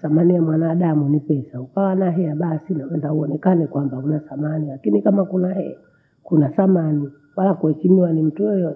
Thamani ya mwanadamu ni pesa. Ukawa na hela basii nangeza uonekane kwamba huna thamani, lakini kama kuna hela kuna thamani. Wakwe tinia nimtoee